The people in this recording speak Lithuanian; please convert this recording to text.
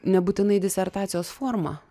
nebūtinai disertacijos forma